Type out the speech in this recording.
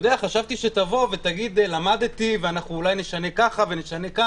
חשבתי שתבוא ותגיד למדתי, ואולי נשנה פה ושם.